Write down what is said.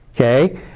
okay